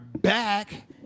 back